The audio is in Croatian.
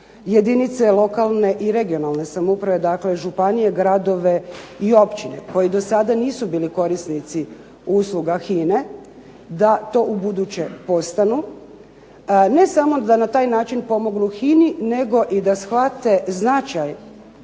jedinice lokalne i regionalne samouprave, dakle županije, gradove i općine, koji dosada nisu bili korisnici usluga HINA-e da to ubuduće postanu. Ne samo da na taj način pomognu HINA-i nego i da shvate značaj